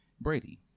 brady